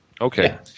Okay